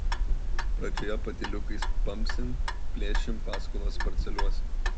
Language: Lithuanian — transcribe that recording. pradžioje patyliukais pampsim plėšim paskolas parceliuosim